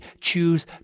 choose